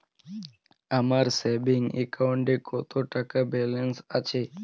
আমার সেভিংস অ্যাকাউন্টে কত টাকা ব্যালেন্স আছে?